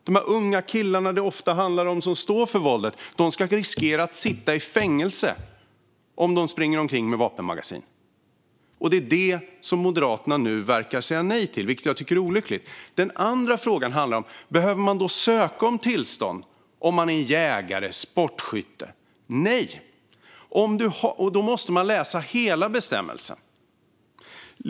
De unga killar det ofta handlar om som står för våldet ska riskera att hamna i fängelse om de springer omkring med vapenmagasin. Det är det som Moderaterna nu verkar säga nej till, vilket jag tycker är olyckligt. Den andra frågan är: Behöver man då söka tillstånd om man är jägare eller sportskytt? Nej! Man måste läsa hela bestämmelsen.